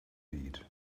need